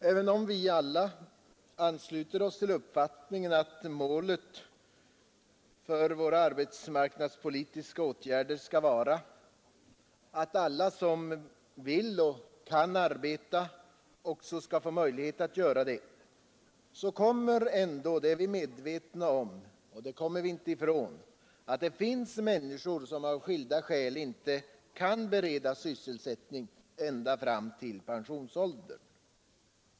Även om vi alla ansluter oss till uppfattningen att målet för vår arbetsmarknadspolitik skall vara att alla som vill och kan arbeta också skall få möjlighet att göra det, så kommer vi ändå inte ifrån att det finns människor som av skilda skäl inte kan beredas sysselsättning ända fram till pensionsåldern.